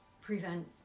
prevent